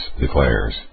declares